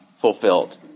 fulfilled